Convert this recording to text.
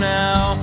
now